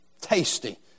Tasty